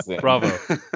Bravo